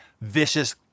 vicious